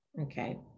okay